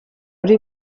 uri